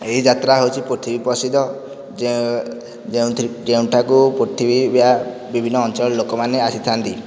ଏହି ଯାତ୍ରା ହେଉଛି ପୃଥିବୀ ପ୍ରସିଦ୍ଧ ଯେଉଁଠାକୁ ପୃଥିବୀ ବା ବିଭିନ୍ନ ଅଞ୍ଚଳର ଲୋକମାନେ ଆସିଥାନ୍ତି